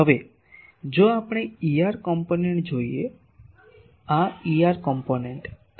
હવે જો આપણે આ Er ઘટકો જોઈએ આ Er ઘટકો